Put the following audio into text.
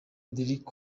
derrick